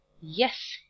yes